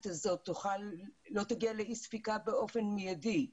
הזאת לא תגיע לאי-ספיקה באופן מיידי.